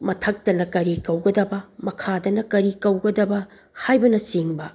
ꯃꯊꯛꯇꯅ ꯀꯔꯤ ꯀꯧꯒꯗꯕ ꯃꯈꯥꯗꯅ ꯀꯔꯤ ꯀꯧꯒꯗꯕ ꯍꯥꯏꯕꯅ ꯆꯤꯡꯕ